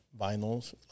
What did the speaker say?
vinyls